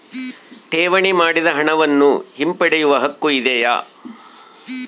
ಠೇವಣಿ ಮಾಡಿದ ಹಣವನ್ನು ಹಿಂಪಡೆಯವ ಹಕ್ಕು ಇದೆಯಾ?